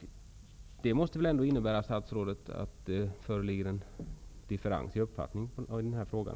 Det måste väl ändå innebära, statsrådet, att det föreligger en differens i fråga om hur man uppfattar den här frågan.